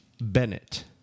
Bennett